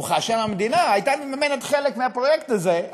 וכאשר המדינה הייתה מממנת חלק מהפרויקט הזה,